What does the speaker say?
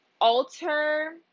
alter